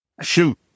Shoot